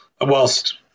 Whilst